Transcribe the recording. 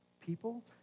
People